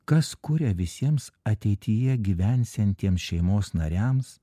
kas kuria visiems ateityje gyvensiantiems šeimos nariams